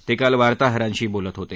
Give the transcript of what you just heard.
ते काल वार्ताहरांशी बोलत होते